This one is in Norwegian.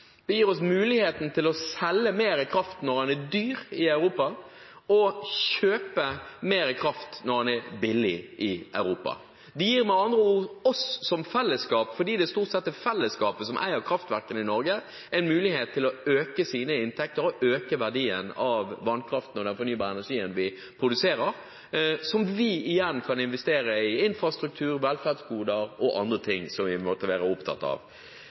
Det gir oss muligheten til å selge mer kraft når den er dyr i Europa, og kjøpe mer kraft når den er billig i Europa. Det gir med andre ord oss som fellesskap, fordi det stort sett er fellesskapet som eier kraftverkene i Norge, en mulighet til å øke våre inntekter og øke verdien av vannkraften og den fornybare energien vi produserer, som vi igjen kan investere i infrastruktur, velferdsgoder og andre ting som vi måtte være opptatt av.